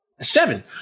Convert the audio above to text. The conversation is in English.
Seven